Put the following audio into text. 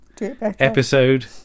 episode